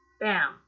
BAM